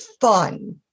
fun